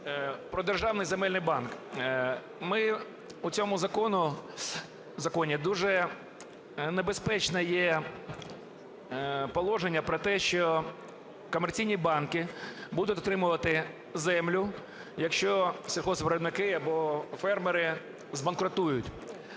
Про Державний земельний банк. Ми цьому законі… дуже небезпечне є положення про те, що комерційні банки будуть отримувати землю, якщо сільгоспвиробники або фермери збанкрутують,